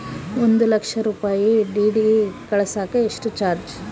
ಒಂದು ಲಕ್ಷ ರೂಪಾಯಿ ಡಿ.ಡಿ ಕಳಸಾಕ ಎಷ್ಟು ಚಾರ್ಜ್?